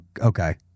okay